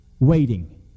Waiting